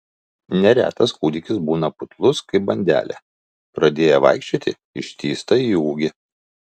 neretas kūdikis būna putlus kaip bandelė pradėję vaikščioti ištįsta į ūgį